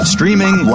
Streaming